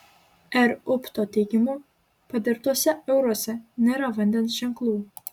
r upto teigimu padirbtuose euruose nėra vandens ženklų